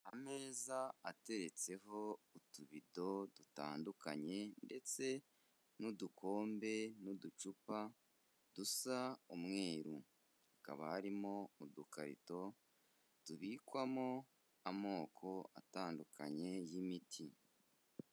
Ameza ateretseho utubito dutandukanye, ndetse n'udukombe n'uducupa dusa umweru, hakaba harimo udukarito tubikwamo amoko atandukanye y'imiti.